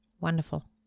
Wonderful